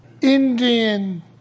Indian